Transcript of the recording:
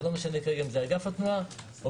וזה לא משנה כרגע אם זה אגף התנועה או